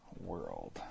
World